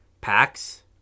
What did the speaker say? packs